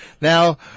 Now